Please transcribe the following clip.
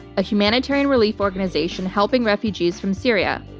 a humanitarian relief organization helping refugees from syria.